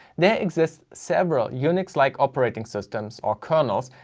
there exist several unix like operating systems, or kernels,